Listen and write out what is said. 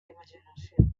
imaginació